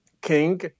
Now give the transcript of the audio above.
king